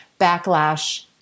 backlash